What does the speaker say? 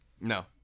No